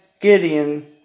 Gideon